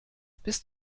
bist